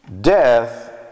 Death